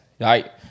right